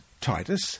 Titus